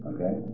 Okay